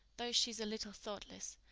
though she's a little thoughtless,